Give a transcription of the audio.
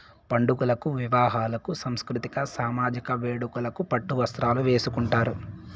పండుగలకు వివాహాలకు సాంస్కృతిక సామజిక వేడుకలకు పట్టు వస్త్రాలు వేసుకుంటారు